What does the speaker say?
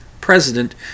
president